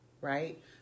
right